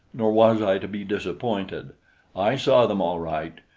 nor was i to be disappointed i saw them, all right!